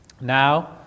Now